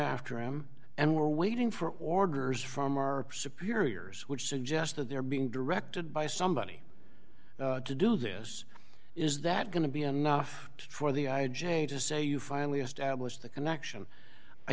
after him and we're waiting for orders from our superiors which suggest that they're being directed by somebody to do this is that going to be enough for the i j a just say you finally establish the connection i